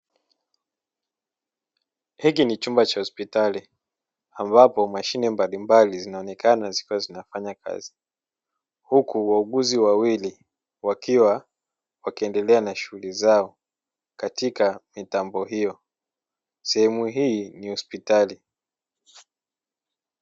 Hiki ni chumba cha hospitali, ambapo mashine mbalimbali zinaonekana zikiwa zinafanya kazi; huku wauguzi wawili wakiwa wakiendelea na shughuli zao katika mitambo hiyo. Sehemu hii ni hospitali.